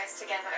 together